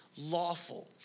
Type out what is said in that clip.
lawful